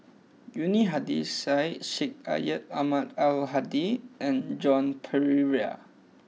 Yuni Hadi Syed Sheikh Syed Ahmad Al Hadi and Joan Pereira